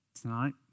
Tonight